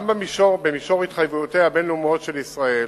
גם במישור התחייבויותיה הבין-לאומיות של ישראל